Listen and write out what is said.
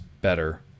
better